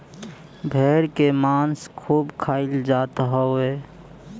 भेड़ के मांस खूब खाईल जात हव